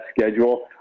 schedule